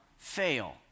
fail